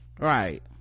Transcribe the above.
right